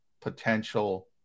potential